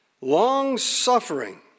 Long-suffering